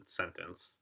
sentence